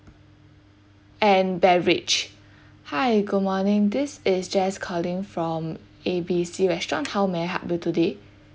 and beverage hi good morning this is jess calling from A B C restaurant how may I help you today